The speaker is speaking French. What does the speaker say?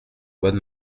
bonne